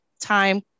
time